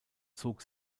zog